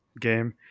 game